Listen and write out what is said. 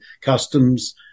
customs